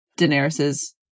daenerys's